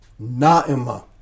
naima